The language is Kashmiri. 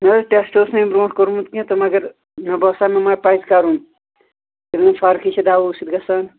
نہ حظ ٹٮ۪سٹ اوس نہٕ امہِ برونٹھ کوٚرمُت کیٚنٛہہ تہٕ مگر مےٚ باسان مےٚ ما پزٕ کَرُن ییٚلہِ نہٕ فرکھٕے چھِ دوہو سۭتۍ گَژھان